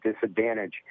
disadvantage